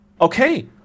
okay